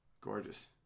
Gorgeous